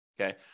Okay